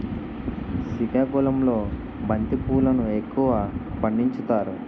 సికాకుళంలో బంతి పువ్వులును ఎక్కువగా పండించుతారు